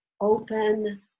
open